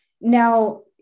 Now